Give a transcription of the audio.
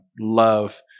love